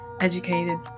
educated